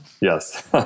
Yes